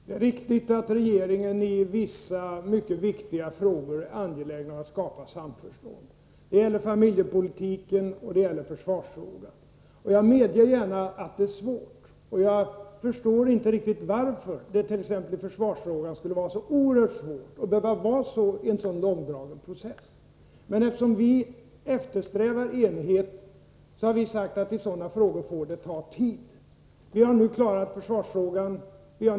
Herr talman! Det är riktigt att regeringen i vissa, mycket viktiga, frågor är angelägen om att skapa samförstånd. Det gäller familjepolitiken och det gäller försvarsfrågan, och jag medger gärna att det är svårt att skapa samförståndslösningar. Jag förstår inte riktigt varför dettait.ex. försvarsfrågan skulle vara så oerhört svårt och behöva vara en så långdragen process. Men eftersom vi eftersträvar enighet har vi sagt att i sådana frågor får det ta tid. Vi har nu klarat försvarsfrågan.